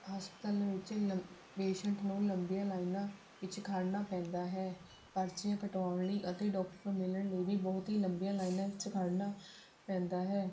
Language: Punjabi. ਹਸਪਤਾਲ ਵਿੱਚ ਲੰਬ ਪੇਸ਼ੈਂਟ ਨੂੰ ਲੰਬੀਆਂ ਲਾਈਨਾਂ ਵਿਚ ਖੜ੍ਹਨਾ ਪੈਂਦਾ ਹੈ ਪਰਚੀਆਂ ਕਟਾਉਣ ਲਈ ਅਤੇ ਡਾਕਟਰ ਮਿਲਣ ਲਈ ਵੀ ਬਹੁਤ ਹੀ ਲੰਬੀਆਂ ਲਾਈਨਾਂ ਵਿੱਚ ਖੜ੍ਹਨਾ ਪੈਂਦਾ ਹੈ